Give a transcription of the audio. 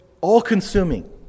all-consuming